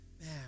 man